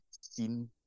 seen